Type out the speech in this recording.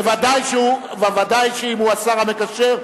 בוודאי אם הוא השר המקשר,